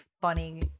funny